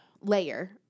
layer